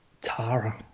Tara